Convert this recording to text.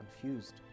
confused